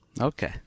Okay